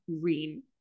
green